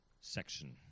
section